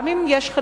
גם אם חלקנו,